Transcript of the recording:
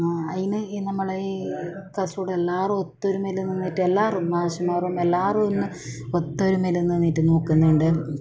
അതിന് ഈ നമ്മളെ ഈ കാസർഗോഡ് എല്ലാവരും ഒത്തൊരുമയിൽ നിന്നിട്ട് എല്ലാവരും മാഷ്മാരും എല്ലാവരും ഒന്ന് ഒത്തൊരുമയിൽ നിന്നിട്ട് നോക്കുന്നുണ്ട്